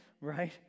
right